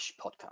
podcast